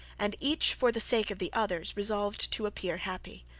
and each for the sake of the others resolved to appear happy.